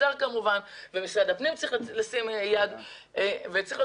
כמובן עם האוצר וגם משרד הפנים צריך לשים יד צריך להיות